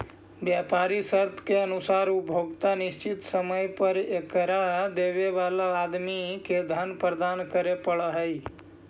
व्यापारी शर्त के अनुसार उपभोक्ता निश्चित समय पर एकरा देवे वाला आदमी के धन प्रदान करे पड़ऽ हई